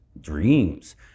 dreams